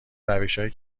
روشهایی